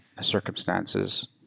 circumstances